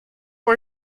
for